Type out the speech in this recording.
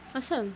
asal